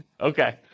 Okay